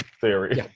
theory